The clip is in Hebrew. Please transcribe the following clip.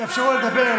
תאפשרו לה לדבר.